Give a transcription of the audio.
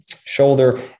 shoulder